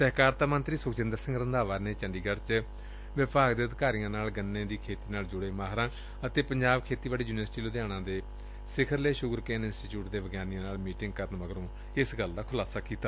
ਸਹਿਕਾਰਤਾ ਮੰਤਰੀ ਸੁਖਜਿੰਦਰ ਸਿੰਘ ਰੰਧਾਵਾ ਨੇ ਅੱਜ ਚੰਡੀਗੜ੍ ਵਿਖੇ ਵਿਭਾਗ ਦੇ ਅਧਿਕਾਰੀਆਂ ਨਾਲ ਗੰਨੇ ਦੀ ਖੇਤੀ ਨਾਲ ਜੁੜੇ ਮਾਹਿਰਾਂ ਅਤੇ ਪੰਜਾਬ ਖੇਤੀਬਾਤੀ ਯੁਨੀਵਰਸਿਟੀ ਲੁਧਿਆਣਾ ਤੇ ਦੇਸ਼ ਦੇ ਸਿਖਰਲੇ ਸ਼ੁਗਰਕੇਨ ਇੰਸਟੀਚਿਉਟ ਦੇ ਵਿਗਿਆਨੀਆਂ ਨਾਲ ਕੀਤੀ ਮੀਟਿੰਗ ਮਗਰੋਂ ਇਹ ਖੁਲਾਸਾ ਕੀਤਾ